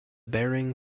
bering